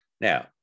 Now